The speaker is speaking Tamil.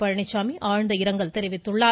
பழனிச்சாமி ஆழ்ந்த இரங்கல் தெரிவித்துள்ளார்